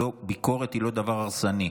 ביקורת היא לא דבר הרסני,